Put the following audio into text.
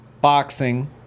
boxing